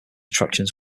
attractions